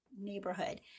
neighborhood